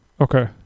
Okay